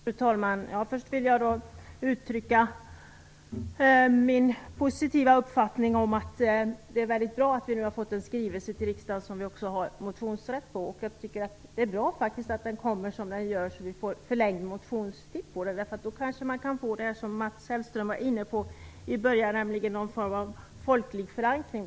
Fru talman! Först vill jag uttrycka min uppfattning att det bra att vi nu fått en skrivelse med motionsrätt till riksdagen. Det är faktiskt bra att den kommer när den gör så att vi får förlängd motionstid. Då kanske vi kan få det som Mats Hellström var inne på i början, nämligen någon form av folklig förankring.